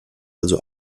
also